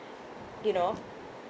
you know